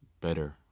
better